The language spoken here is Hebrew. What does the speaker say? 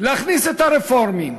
להכניס את הרפורמים,